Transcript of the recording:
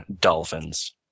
dolphins